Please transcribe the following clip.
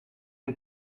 een